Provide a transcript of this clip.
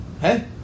Hey